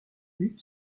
but